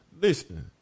listen